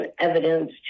evidence